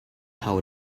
how